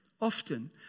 Often